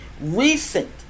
Recent